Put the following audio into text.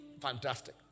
Fantastic